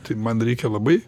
tai man reikia labai